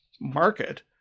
market